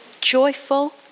joyful